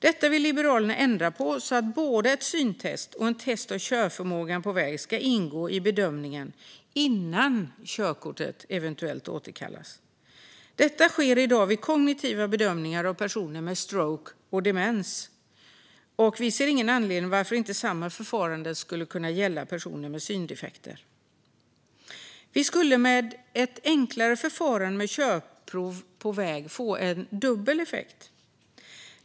Detta vill Liberalerna ändra på så att både ett syntest och ett test av körförmågan på väg ska ingå i bedömningen innan körkortet eventuellt återkallas. Detta sker i dag vid kognitiva bedömningar av personer med stroke och demens, och vi ser ingen anledning till att inte samma förfarande skulle kunna gälla personer med syndefekter. Vi skulle med ett enklare förfarande för körprov på väg få en dubbel effekt.